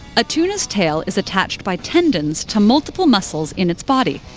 a tuna's tail is attached by tendons to multiple muscles in its body.